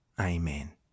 Amen